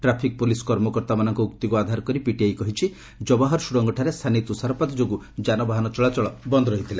traffic police କର୍ମକର୍ତ୍ତାମାନଙ୍କ ଉକ୍ତିକୁ ଉଧାର କରି ପିଟିଆଇ କହିଛି ଜବାହର ସୁଡଙ୍ଗଠାରେ ସାନି ତୁଷାରପାତ ଯୋଗୁଁ ଯାନବାହନ ଚଳାଚଳ ବନ୍ଦ ରହିଥିଲା